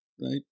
right